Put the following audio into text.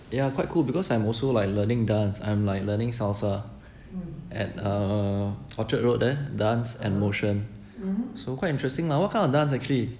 yeah quite cool because I'm also like learning dance I'm like learning salsa at uh orchard road there dance and motion so quite interesting lah what kind of dance actually